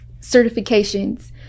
certifications